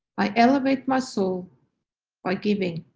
i elevate my soul by giving.